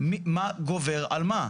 מה גובר על מה.